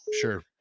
Sure